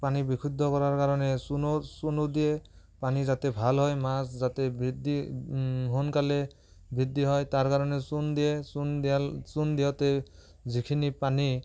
পানী বিশুদ্ধ কৰাৰ কাৰণে চূণো চূণো দিয়ে পানী যাতে ভাল হয় মাছ যাতে বৃদ্ধি সোনকালে বৃদ্ধি হয় তাৰ কাৰণে চূণ দিয়ে চূণ দেল চূণ দেওঁতে যিখিনি পানী